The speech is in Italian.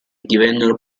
divennero